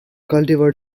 cultivar